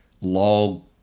log